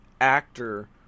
actor